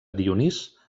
dionís